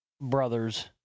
brothers